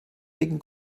gegen